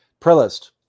Prelist